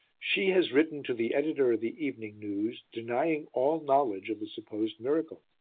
she has written to the editor of the evening news denying all knowledge of the supposed miracle.